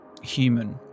human